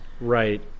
Right